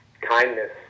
kindness